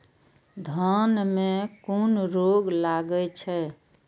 धान में कुन रोग लागे छै?